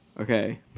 Okay